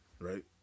Right